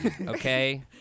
Okay